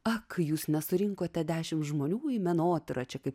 ak jūs nesurinkote dešimt žmonių į menotyrą čia kaip